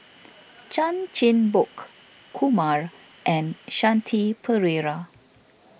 Chan Chin Bock Kumar and Shanti Pereira